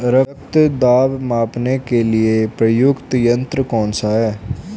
रक्त दाब मापने के लिए प्रयुक्त यंत्र कौन सा है?